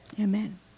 Amen